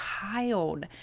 child